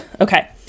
okay